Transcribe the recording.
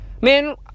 Man